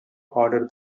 harder